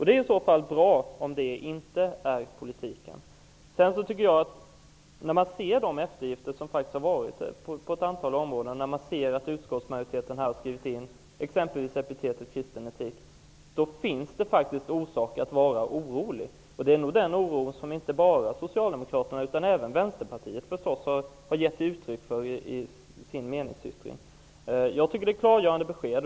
Det är bra om detta inte är den politik man tänker föra. När vi ser de eftergifter som har förekommit på ett antal områden och när vi ser att utskottsmajoriteten har skrivit in t.ex. epitetet kristen etik finns det orsak att vara orolig. Den oron har inte bara Socialdemokraterna gett uttryck för, utan även Vänsterpartiet i sin meningsyttring. Detta var klargörande besked.